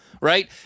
right